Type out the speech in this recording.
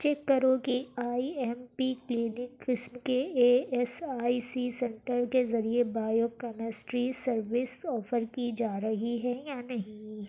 check کرو کہ I M P clinic قسم کے E S I C centre کے ذریعے بایو کیمسٹری سروس آفر کی جا رہی ہے یا نہیں